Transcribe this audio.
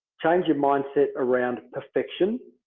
change your mindset around perfection.